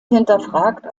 hinterfragt